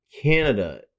Canada